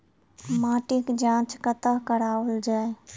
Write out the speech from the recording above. माटिक जाँच कतह कराओल जाए?